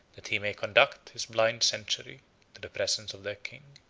that he might conduct his blind century to the presence of their king.